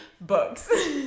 books